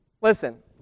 Listen